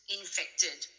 infected